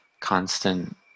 constant